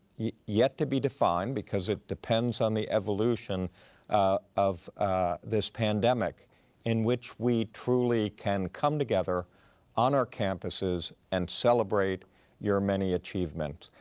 yeah yet to be defined because it depends on the evolution of this pandemic in which we truly can come together on our campuses and celebrate your many achievements.